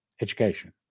education